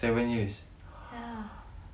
seven years